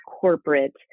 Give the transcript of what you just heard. corporate